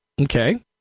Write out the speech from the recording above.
Okay